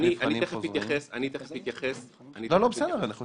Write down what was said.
אני אומר שיש הרבה מאוד